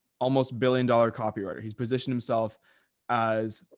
almost billion dollar copywriter. he's positioned himself as.